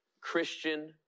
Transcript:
Christian